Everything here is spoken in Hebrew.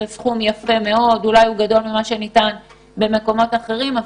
זה סכום יפה מאוד שגדול ממה שניתן במקומות אחרים,